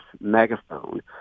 megaphone